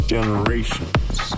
Generations